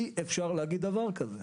אי אפשר להגיד דבר כזה.